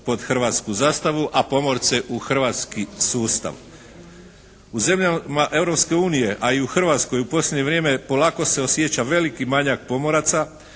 pod hrvatsku zastavu, a pomorce u hrvatski sustav. U zemljama Europske unije a i u Hrvatskoj u posljednje vrijeme polako se osjeća veliki manjak pomoraca